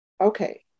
okay